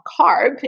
carb